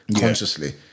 consciously